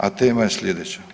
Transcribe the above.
A tema je slijedeća.